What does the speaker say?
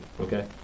Okay